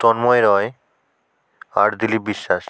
তন্ময় রয় আর দিলীপ বিশ্বাস